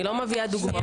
אני לא מביאה רק דוגמאות.